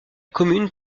commune